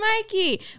Mikey